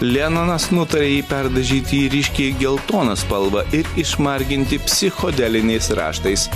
lenonas nutarė jį perdažyti ryškiai geltoną spalvą ir išmarginti psichodeliniais raštais